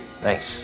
Thanks